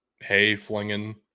hay-flinging